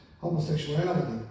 homosexuality